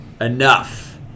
enough